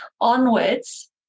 onwards